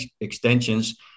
extensions